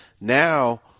Now